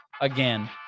again